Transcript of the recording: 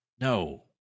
no